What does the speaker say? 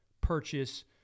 purchase